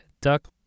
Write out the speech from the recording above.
Duck